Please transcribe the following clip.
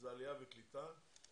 עלייה וקליטה.